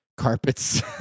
carpets